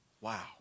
Wow